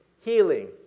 Healing